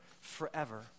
forever